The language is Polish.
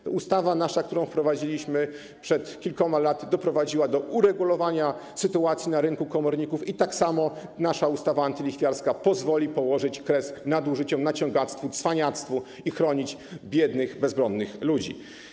Nasza ustawa, którą wprowadziliśmy przed kilkoma laty, doprowadziła do uregulowania sytuacji na rynku komorników i tak samo nasza ustawa antylichwiarska pozwoli położyć kres nadużyciom, naciągactwu, cwaniactwu i pomoże chronić biednych, bezbronnych ludzi.